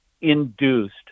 induced